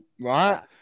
right